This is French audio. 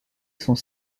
sont